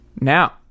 now